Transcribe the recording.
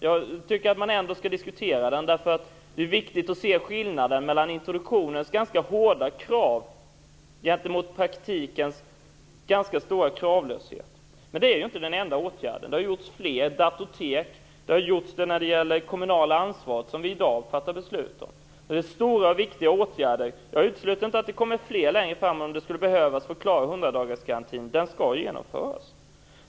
Jag tycker ändå att man skall diskutera den, eftersom det är viktigt att se skillnaden mellan de ganska hårda kraven i ungdomsintroduktionen och ungdomspraktikens rätt stora kravlöshet. Men det har också vidtagits andra åtgärder, t.ex. om det kommunala ansvaret, som vi i dag fattar beslut om. Det är fråga om stora och viktiga åtgärder. Jag är övertygad om att det kommer fler längre fram, om så skulle behövas för att klara 100 dagarsgränsen, som skall genomföras.